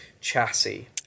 chassis